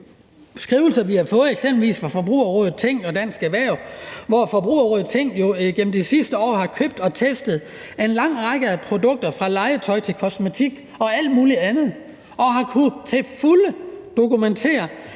de skrivelser, vi har fået, eksempelvis fra Forbrugerrådet Tænk og Dansk Erhverv, vil de vide, at Forbrugerrådet Tænk jo i gennem det sidste år har købt og testet en lang række produkter fra legetøj til kosmetik og alt muligt andet og har til fulde kunnet